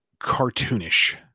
cartoonish